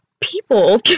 people